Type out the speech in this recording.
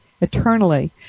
eternally